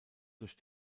durch